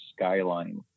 Skyline